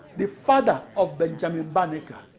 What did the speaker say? the father of benjamin banneker